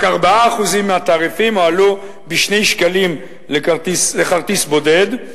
רק 4% מהתעריפים הועלו ב-2 שקלים לכרטיס בודד,